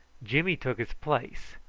jimmy took his place,